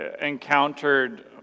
encountered